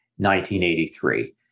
1983